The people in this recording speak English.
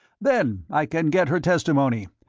then i can get her testimony,